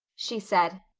she said,